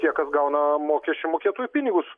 tie kas gauna mokesčių mokėtojų pinigus